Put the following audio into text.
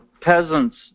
peasants